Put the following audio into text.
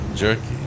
jerky